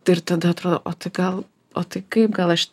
tik tada atrodo o tai gal o tai kaip gal aš